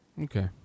okay